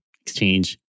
exchange